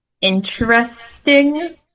interesting